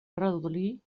redolí